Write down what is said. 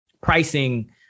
pricing